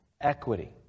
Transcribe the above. Equity